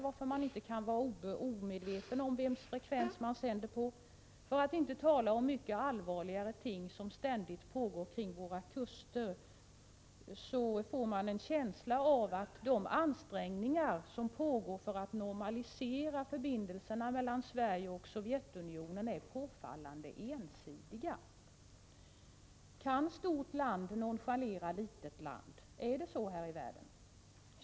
Ryssarna kan alltså inte vara omedvetna om karaktären av den frekvens som man sänder på. Det pågår också ständigt ännu allvarligare ting kring våra kuster. Man får med tanke på allt detta en känsla av att de ansträngningar som pågår för att normalisera förbindelserna mellan Sverige och Sovjetunionen är påfallande ensidiga. Är det så här i världen att ett stort land kan nonchalera ett litet land?